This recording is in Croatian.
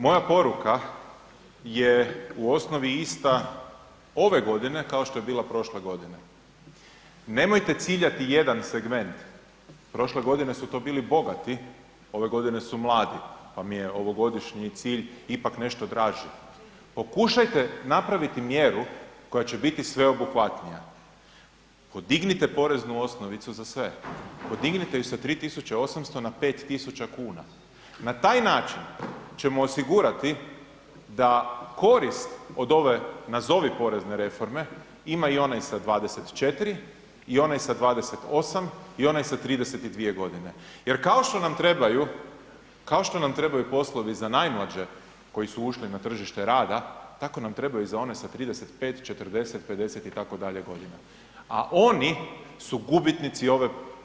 Moja poruka je u osnovi ista ove godine kao što je bila prošle godine, nemojte ciljati jedan segment, prošle godine su to bili bogati, ove godine su mladi, pa mi je ovogodišnji cilj ipak nešto draži, pokušajte napraviti mjeru koja će biti sveobuhvatnija, podignite poreznu osnovicu za sve, podignite ju sa 3.800,00 na 5.000,00 kn, na taj način ćemo osigurati da korist od ove, nazovi porezne reforme, ima i onaj sa 24 i onaj sa 28 i onaj sa 32.g. jer kao što nam trebaju, kao što nam trebaju poslovi za najmlađe koji su ušli na tržište rada, tako nam trebaju i za one sa 35., 40, 50 itd. godina, a oni su gubitnici ove, nazovi porezne reforme.